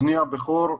בני הבכור,